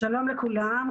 שלום לכולם.